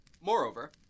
Moreover